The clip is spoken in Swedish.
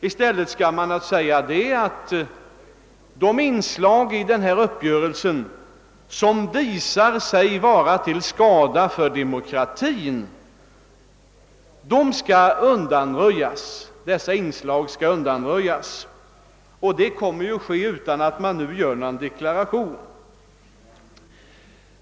I stället skall man naturligtvis säga att de inslag i denna uppgörelse, som visar sig vara till skada för demokratin, skall undanröjas, och det kommer ju att ske utan att man gör någon deklaration.